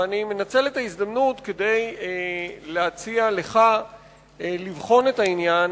ואני מנצל את ההזדמנות כדי להציע לך לבחון את העניין